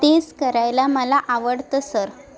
तेच करायला मला आवडतं सर